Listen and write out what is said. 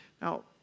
Now